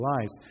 lives